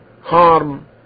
harm